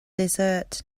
desert